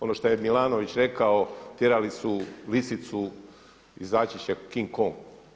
Ono što je Milanović rekao, tjerali su lisicu, izaći će King Kong.